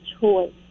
choice